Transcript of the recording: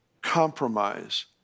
compromise